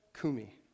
Kumi